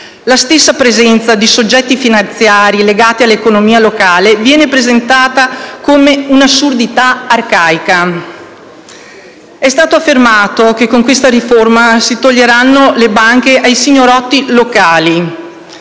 la stessa presenza di soggetti finanziari legati all'economia locale viene presentata come un'assurdità arcaica. È stato affermato che con questa riforma si toglieranno le banche ai signorotti locali;